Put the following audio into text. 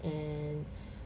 and